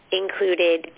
included